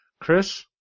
Chris